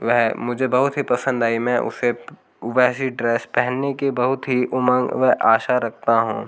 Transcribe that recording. वह मुझे बहुत ही पसंद आई मैं उसे वैसी ड्रेस पहनने की बहुत ही उमंग व आशा रखता हूँ